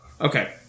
okay